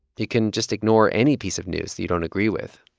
you can just ignore any piece of news you don't agree with.